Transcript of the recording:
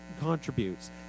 contributes